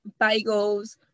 bagels